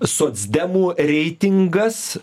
socdemų reitingas